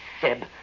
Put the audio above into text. sib